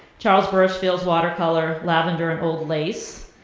charles burchfield's watercolor, lavender and old lace.